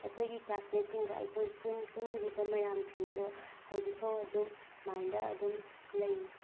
ꯑꯩꯈꯣꯏꯒꯤ ꯀ꯭ꯂꯥꯁꯃꯦꯠꯁꯤꯡꯒ ꯑꯩꯈꯣꯏ ꯄꯨꯟꯈꯤꯕ ꯃꯌꯥꯝꯁꯤꯡꯗꯣ ꯍꯧꯖꯤꯛ ꯐꯥꯎ ꯑꯗꯨꯝ ꯃꯥꯏꯟꯗ ꯑꯗꯨꯝ ꯂꯩ